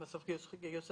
זה בסוף גיוס אשראי.